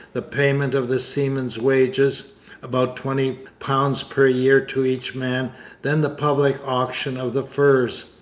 the payment of the seamen's wages about twenty pounds per year to each man then the public auction of the furs.